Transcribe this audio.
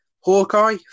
Hawkeye